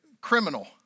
criminal